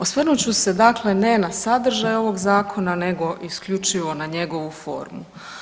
Osvrnut ću se dakle ne na sadržaj ovog zakona nego isključivo na njegovu formu.